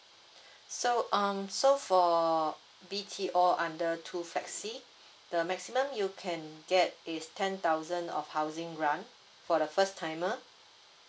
so um so for B_T_O under two flexi the maximum you can get is ten thousand of housing grant for the first timer